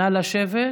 נא לשבת.